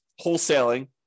wholesaling